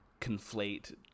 conflate